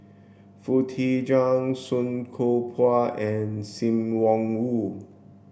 Foo Tee Jun Song Koon Poh and Sim Wong Hoo